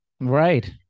Right